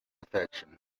affection